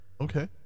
Okay